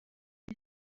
est